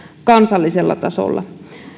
kansallisella tasolla